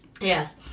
Yes